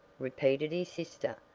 repeated his sister.